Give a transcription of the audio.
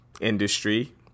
industry